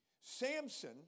Samson